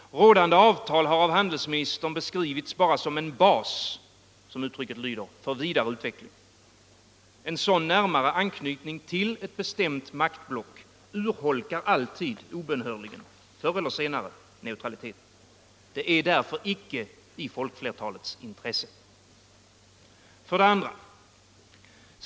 Rådande avtal har av handelsministern beskrivits bara som en bas, som uttrycket lyder, för vidare utveckling. En sådan närmare anknytning till ett bestämt maktblock urholkar alltid obönhörligen förr eller senare neutraliteten. Det är därför inte i folkflertalets intresse. 2.